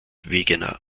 wegener